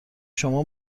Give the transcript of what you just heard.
شما